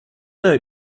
know